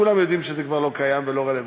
כולם יודעים שזה כבר לא קיים ולא רלוונטי,